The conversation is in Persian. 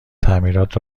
تعمیرات